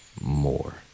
more